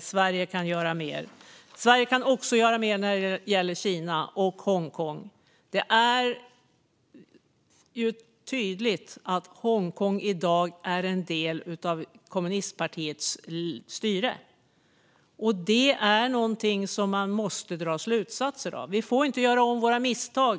Sverige kan göra mer. Sverige kan också göra mer när det gäller Kina och Hongkong. Det är tydligt att Hongkong i dag är en del av kommunistpartiets styre. Det är något vi måste dra slutsatser av. Vi får inte göra om de misstag